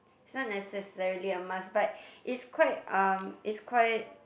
it's not necessarily a must but it's quite um it's quite